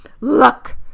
look